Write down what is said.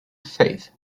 faith